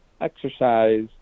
exercise